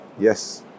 Yes